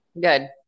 Good